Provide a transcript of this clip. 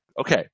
Okay